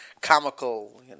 comical